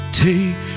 take